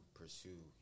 pursue